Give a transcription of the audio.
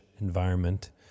environment